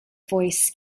voice